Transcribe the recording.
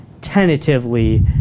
tentatively